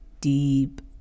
deep